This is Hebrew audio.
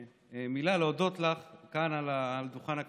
במילה להודות לך כאן מעל דוכן הכנסת.